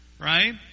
Right